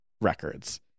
records